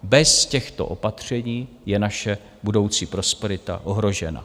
Bez těchto opatření je naše budoucí prosperita ohrožena.